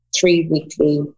three-weekly